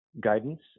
guidance